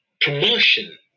promotion